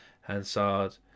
Hansard